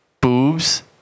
boobs